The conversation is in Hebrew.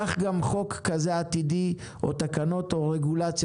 כך גם חוק כזה עתידי או תקנות או רגולציה